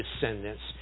descendants